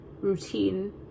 routine